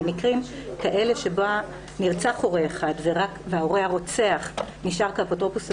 במקרים שבהם נרצח הורה אחד וההורה הרוצח נשאר כאפוטרופוס הבלעדי,